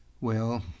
Well